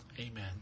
Amen